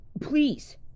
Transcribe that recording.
please